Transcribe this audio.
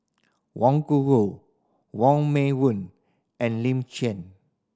Wang Gungwu Wong Meng Voon and Lin Chen